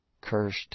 cursed